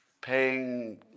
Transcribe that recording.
paying